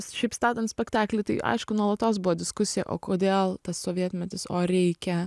šiaip statant spektaklį tai aišku nuolatos buvo diskusija o kodėl tas sovietmetis o reikia